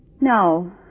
No